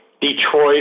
Detroit